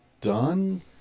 done